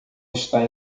está